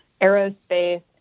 aerospace